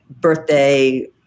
birthday